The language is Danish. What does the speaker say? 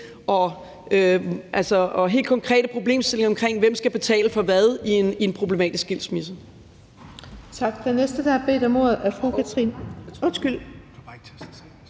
og helt konkrete problemstillinger om, hvem der skal betale for hvad, i forbindelse med en problematisk skilsmisse.